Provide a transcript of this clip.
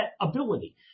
ability